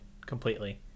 completely